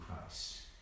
Christ